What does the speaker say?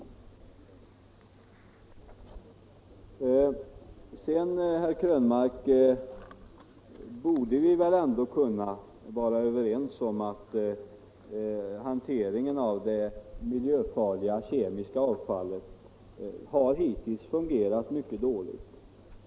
Vi borde väl ändå, herr Krönmark, kunna vara överens om att hanteringen av det miljöfarliga kemiska avfallet hittills har fungerat mycket dåligt.